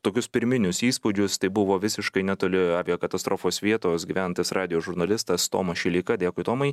tokius pirminius įspūdžius tai buvo visiškai netoli aviakatastrofos vietos gyventojas radijo žurnalistas tomas šileika dėkui tomai